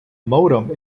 modem